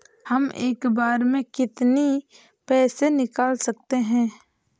हम एक बार में कितनी पैसे निकाल सकते हैं?